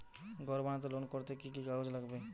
ঘর বানাতে লোন করতে কি কি কাগজ লাগবে?